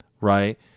right